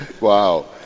Wow